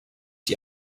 die